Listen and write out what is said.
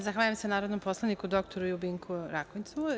Zahvaljujem se narodnom poslaniku dr Ljubinku Rakonjcu.